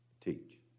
teach